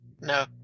No